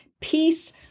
peace